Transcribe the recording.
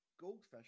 Goldfish